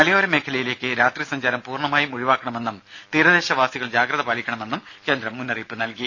മലയോര മേഖലയിലേക്ക് രാത്രി സഞ്ചാരം പൂർണ്ണമായും ഒഴിവാക്കണമെന്നും തീരദേശവാസികൾ ജാഗ്രത പാലിക്കണമെന്നും കേന്ദ്രം മുന്നറിയിപ്പ് നൽകി